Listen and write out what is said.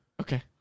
okay